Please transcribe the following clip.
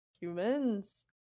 humans